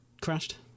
crashed